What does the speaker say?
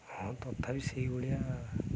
ହଁ ତଥାପି ସେଇ ଭଳିଆ